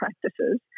practices